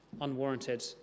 unwarranted